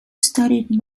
studied